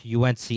UNC